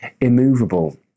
immovable